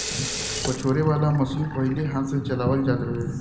पछोरे वाला मशीन पहिले हाथ से चलावल जात रहे